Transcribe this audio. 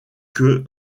que